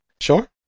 Sure